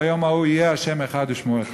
ביום ההוא יהיה ה' אחד ושמו אחד".